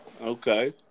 Okay